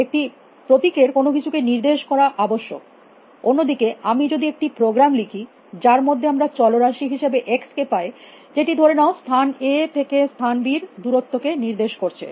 একটি প্রতীকের কোনো কিছু কে নির্দেশ করা আবশ্যক অন্য দিকে আমি যদি একটি প্রোগ্রাম লিখি যার মধ্যে আমরা চলরাশি হিসাবে x কে পাই যেটি ধরে নাও স্থান a থেকে স্থান b এর দূরত্ব কে নির্দেশ করছে